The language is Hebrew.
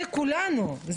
זה כולנו,